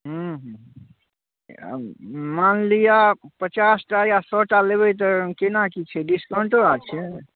हूँ हूँ मान लिअ पचासटा या सए टा लेबै तऽ केना की छै डिस्काउन्टो आओर छै